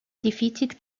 defeated